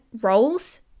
roles